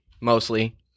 mostly